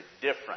different